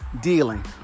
dealing